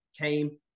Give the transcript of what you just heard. came